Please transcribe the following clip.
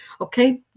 Okay